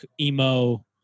emo